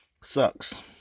sucks